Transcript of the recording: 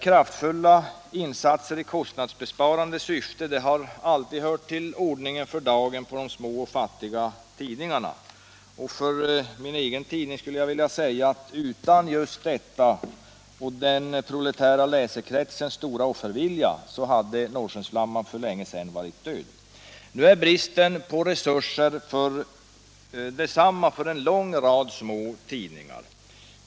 Kraftfulla insatser i kostnadsbesparande syfte har alltid hört till ordningen för dagen för de små och fattiga tidningarna. Utan sådana insatser och utan en proletär läsekrets stora offervilja hade Norrskensflamman för länge sedan varit död. Bristen på resurser är densamma för en lång rad små tidningar.